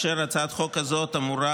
הצעת החוק הזאת אמורה,